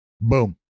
boom